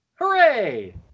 Hooray